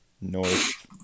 North